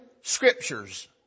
scriptures